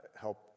help